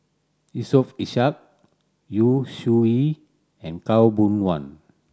Yusof Ishak Yu Zhuye and Khaw Boon Wan